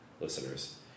listeners